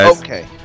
Okay